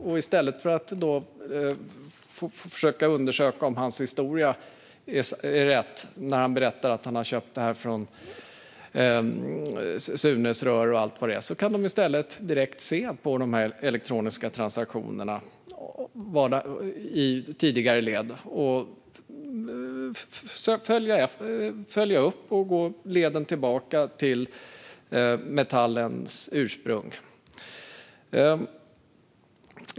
I stället för att då försöka undersöka om hans historia är riktig när han berättar att han köpt från Sunes rör och allt vad det är kan de direkt se de elektroniska transaktionerna i tidigare led och följa dem tillbaka till metallens ursprung.